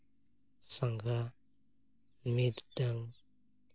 ᱥᱟᱸᱜᱟ ᱢᱤᱫᱴᱟᱝ